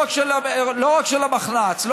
לא רק של המחנ"צ,